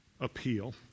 appeal